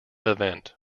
event